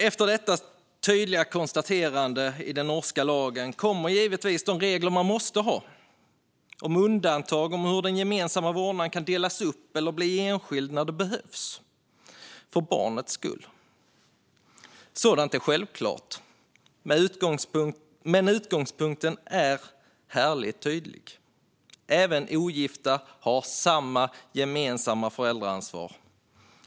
Efter detta tydliga konstaterande i den norska lagen kommer givetvis de regler som måste finnas, det vill säga om undantag och om hur den gemensamma vårdnaden kan delas upp eller bli enskild när det behövs för barnets skull. Sådant är självklart. Men utgångspunkten är tydlig, nämligen att även ogifta har samma gemensamma föräldraansvar.